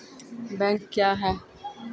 Bank क्या हैं?